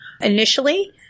Initially